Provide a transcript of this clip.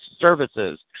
Services